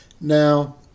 Now